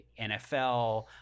NFL